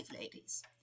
ladies